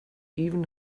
even